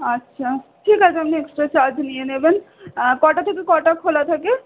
আচ্ছা ঠিক আছে আপনি এক্সট্রা চার্জ নিয়ে নেবেন কটা থেকে কটা খোলা থাকে